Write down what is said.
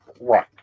Right